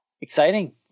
Exciting